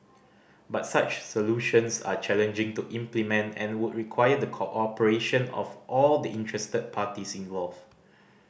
but such solutions are challenging to implement and would require the cooperation of all the interested parties involved